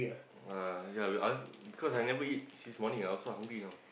ah ya we ask cause I never eat since morning so I also hungry now